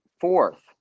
fourth